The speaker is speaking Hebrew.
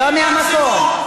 לא מהמקום.